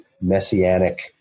messianic